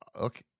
Okay